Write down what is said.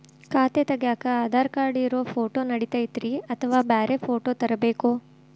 ಖಾತೆ ತಗ್ಯಾಕ್ ಆಧಾರ್ ಕಾರ್ಡ್ ಇರೋ ಫೋಟೋ ನಡಿತೈತ್ರಿ ಅಥವಾ ಬ್ಯಾರೆ ಫೋಟೋ ತರಬೇಕೋ?